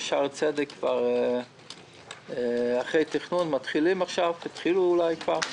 בשערי צדק אחרי תכנון התחילו אולי כבר,